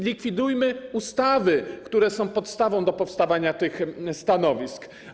Zlikwidujmy ustawy, które są podstawą do powstawania tych stanowisk.